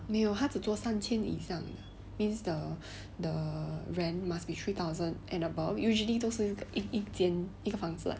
没有他只做三千以上 means the the rent must be three thousand and above usually 都是一间一个房子 lah